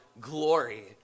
glory